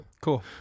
Cool